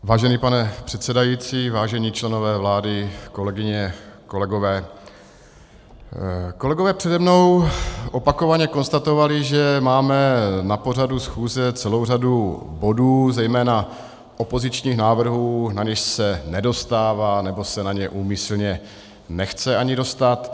Vážený pane předsedající, vážení členové vlády, kolegyně, kolegové, kolegové přede mnou opakovaně konstatovali, že máme na pořadu schůze celou řadu bodů, zejména opozičních návrhů, na něž se nedostává, nebo se na ně úmyslně nechce ani dostat.